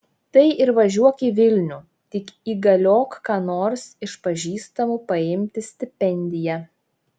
tai ir važiuok į vilnių tik įgaliok ką nors iš pažįstamų paimti stipendiją